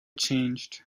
changed